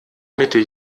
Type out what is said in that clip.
mitte